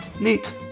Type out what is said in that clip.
neat